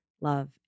Love